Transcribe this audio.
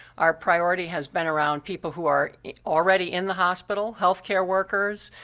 our priority has been around people who are already in the hospital, health care workers,